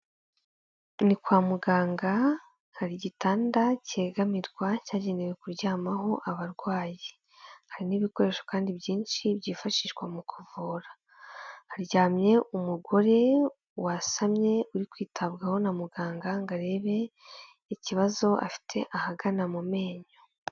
Ni kwa muganga, hari igitanda cyegamirwa cyagenewe kuryamaho abarwayi, hari n'ibikoresho kandi byinshi byifashishwa mu kuvura, haryamye umugore wasamye uri kwitabwaho na muganga ngo arebe ikibazo afite ahagana mu menyo.